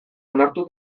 onartu